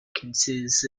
considers